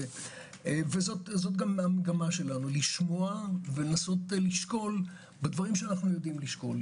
וזאת גם המגמה שלנו לשמוע ולנסות לשקול בדברים שאנו יודעים לשקול.